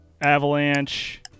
Avalanche